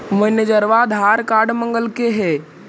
मैनेजरवा आधार कार्ड मगलके हे?